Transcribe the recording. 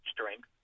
strength